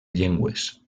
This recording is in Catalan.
llengües